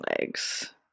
legs